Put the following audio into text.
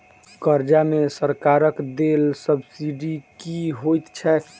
कर्जा मे सरकारक देल सब्सिडी की होइत छैक?